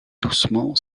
doucement